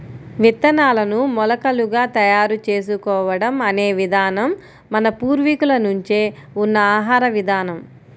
విత్తనాలను మొలకలుగా తయారు చేసుకోవడం అనే విధానం మన పూర్వీకుల నుంచే ఉన్న ఆహార విధానం